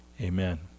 Amen